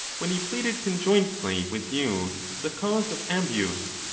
when he pleaded conjointly with you the cause of ambius,